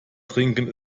trinken